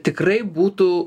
tikrai būtų